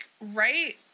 right